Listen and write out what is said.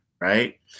right